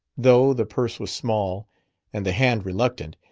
though the purse was small and the hand reluctant,